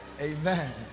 Amen